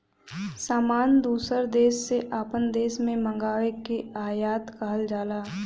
सामान दूसर देस से आपन देश मे मंगाए के आयात कहल जाला